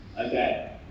okay